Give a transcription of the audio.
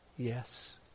Yes